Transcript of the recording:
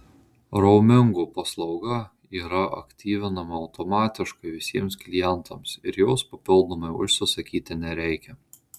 raumingo paslauga yra aktyvinama automatiškai visiems klientams ir jos papildomai užsisakyti nereikia